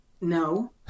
no